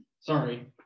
sorry